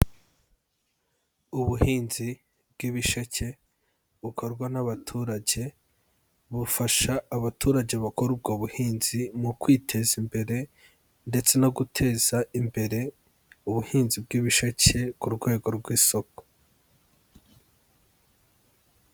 Ubuhinzi bw'ibisheke bukorwa n'abaturage, bufasha abaturage bakora ubwo buhinzi mu kwiteza imbere, ndetse no guteza imbere ubuhinzi bw'ibisheke ku rwego rw'isoko.